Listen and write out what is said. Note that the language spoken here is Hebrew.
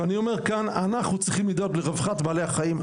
אנחנו צריכים לדאוג לרווחת בעלי החיים,